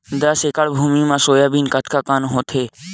दस एकड़ भुमि म सोयाबीन कतका कन होथे?